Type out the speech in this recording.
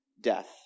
death